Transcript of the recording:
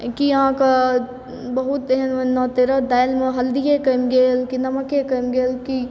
की अहाँके बहुत एहन नौ तेरह दालिमे हल्दिये कमि गेल की नमके कमि गेल की